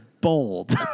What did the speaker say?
bold